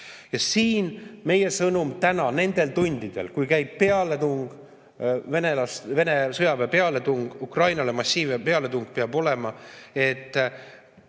Siin meie sõnum täna nendel tundidel, kui käib pealetung, Vene sõjaväe pealetung Ukrainale, massiivne pealetung, peab olema, et